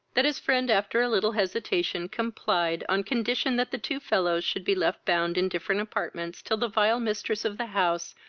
that his friend, after a little hesitation, complied, on condition that the two fellows should be left bound in different apartments till the vile mistress of the house,